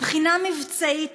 מבחינה מבצעית,